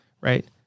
Right